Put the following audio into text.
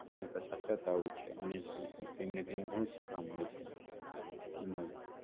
સમય પસાર કરતાં હોય છે અને તેમને તેઇ ઘણું શીખવા મળે છે એમાંય